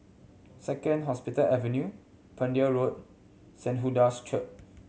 Second Hospital Avenue Pender Road Saint Hilda's Church